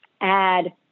add